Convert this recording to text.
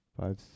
five